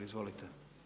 Izvolite.